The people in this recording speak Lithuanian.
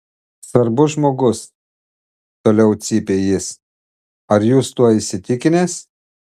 svarbus žmogus toliau cypė jis ar jūs tuo įsitikinęs